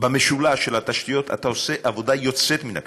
המשולש של התשתיות אתה עושה עבודה יוצאת מן הכלל.